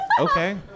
Okay